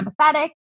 empathetic